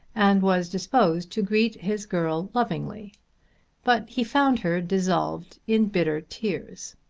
and was disposed to greet his girl lovingly but he found her dissolved in bitter tears.